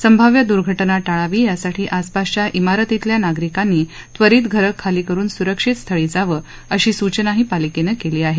संभाव्य दूर्घटना टाळावी यासाठी आसपासच्या चिारतीतल्या नागरिकांनी त्वरीत घरं खाली करून सुरक्षित स्थळी जावं अशी सूचनाही पालिकेनं केली आहे